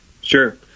Sure